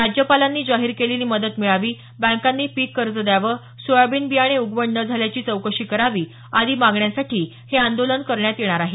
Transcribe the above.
राज्यपालांनी जाहीर केलेली मदत मिळावी बँकांनी पीक कर्ज द्यावं सोयाबिन बियाणे उगवण न झाल्याची चौकशी करावी आदी मागण्यांसाठी हे आंदोलन करण्यात येणार आहे